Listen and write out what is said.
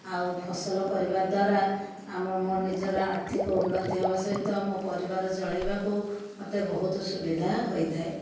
ଆଉ ଫସଲ କରିବା ଦ୍ଵାରା ଆମ ମୋ ନିଜର ଆର୍ଥିକ ଉନ୍ନତି ହେବା ସହିତ ମୋ ପରିବାର ଚଳାଇବାକୁ ମୋତେ ବହୁତ ସୁବିଧା ହୋଇଥାଏ